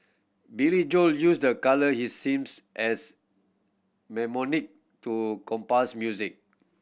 Billy Joel use the colour he seems as mnemonic to compose music